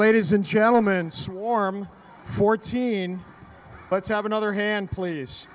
ladies and gentlemen swarm fourteen let's have another hand please